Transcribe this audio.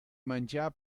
menjar